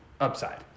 upside